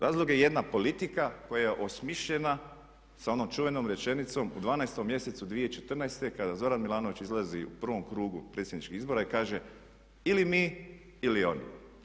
Razlog je jedna politika koja je osmišljena sa onom čuvenom rečenicom u 12.mjesecu 2014.kada Zoran Milanović izlazi u prvom krugu predsjedničkih izbora i kaže "Ili mi ili oni"